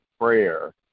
prayer